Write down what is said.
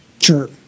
Sure